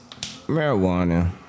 Marijuana